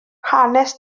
hanes